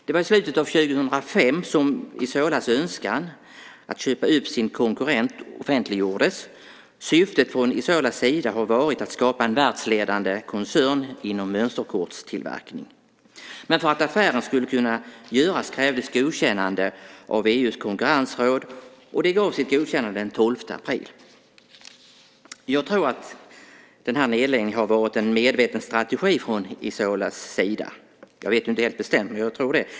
Det var i slutet av 2005 som Isolas önskan att köpa upp sin konkurrent offentliggjordes. Syftet från Isolas sida har varit att skapa en världsledande koncern inom mönsterkortstillverkning. Men för att affären skulle kunna genomföras krävdes godkännande av EU:s konkurrensråd som gav sitt godkännande den 12 april. Jag tror att den här nedläggningen har varit en medveten strategi från Isolas sida. Jag vet det inte helt bestämt, men jag tror det.